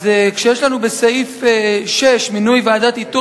כשיש לנו בסעיף 6: "מינוי ועדת איתור